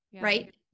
Right